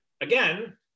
again